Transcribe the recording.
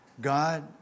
God